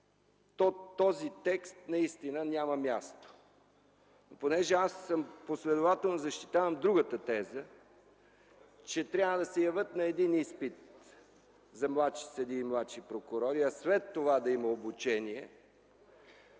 този текст наистина няма място. Понеже аз последователно защитавам другата теза – че трябва да се явят на един изпит за младши съдии и младши прокурори, а след това да има обучение,